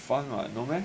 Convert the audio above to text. fun [what] no meh